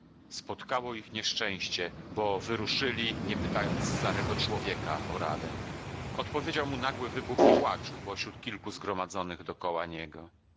spotkało ich nieszczęście bo wyruszyli nie pytając starego człowieka o radę odpowiedział mu nagły wybuch płaczu pośród kilku zgromadzonych dokoła niego